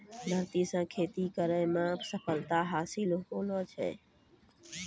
धरतीये से खेती करै मे सफलता हासिल होलो छै